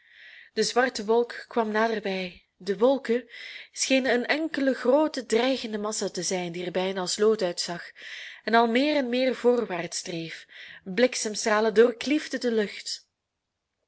de zwarte wolk kwam naderbij de wolken schenen een enkele groote dreigende massa te zijn die er bijna als lood uitzag en al meer en meer voorwaarts dreef bliksemstralen doorkliefden de lucht